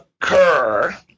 occur